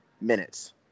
minutes